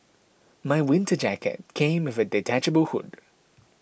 my winter jacket came with a detachable hood